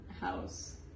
house